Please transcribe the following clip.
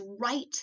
right